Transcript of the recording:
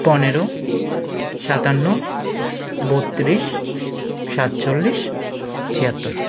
পনেরো সাতান্ন বত্রিশ সাতচল্লিশ ছিয়াত্তর